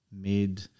made